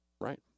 Right